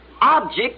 object